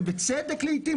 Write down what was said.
בצדק לעיתים,